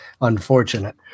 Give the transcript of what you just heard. unfortunate